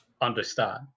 understand